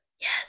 Yes